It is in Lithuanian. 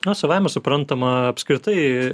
na savaime suprantama apskritai